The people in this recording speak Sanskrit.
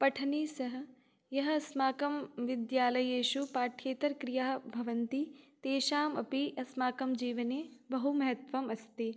पठनैः सह याः अस्माकं विद्यालये पाठ्येतरक्रियाः भवन्ति तेषाम् अपि अस्माकं जीवने बहुमहत्त्वम् अस्ति